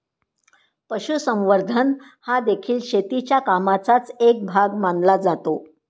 पशुसंवर्धन हादेखील शेतीच्या कामाचाच एक भाग मानला जातो